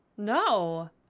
No